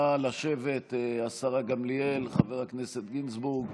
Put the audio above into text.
נא לשבת, השרה גמליאל, חבר הכנסת גינזבורג,